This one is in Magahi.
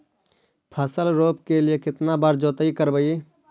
फसल रोप के लिय कितना बार जोतई करबय?